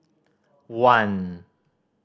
one